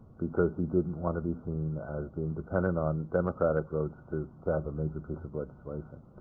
because he didn't want to be seen as being dependent on democratic votes to to have a major piece of legislation.